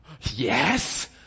yes